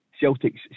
Celtic's